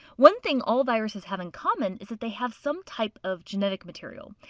one thing all viruses have in common is that they have some type of genetic material.